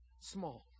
small